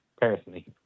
Personally